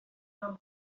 суны